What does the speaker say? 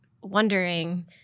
wondering